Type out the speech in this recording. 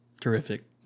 Terrific